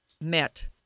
met